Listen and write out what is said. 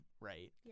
right